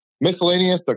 miscellaneous